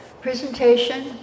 Presentation